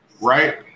right